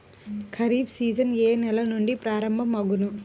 Kharif season ఏ నెల నుండి ప్రారంభం అగును?